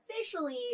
officially